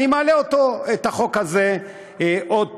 אני מעלה את החוק הזה עוד פעם.